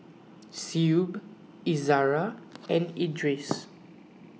Shuib Izara and Idris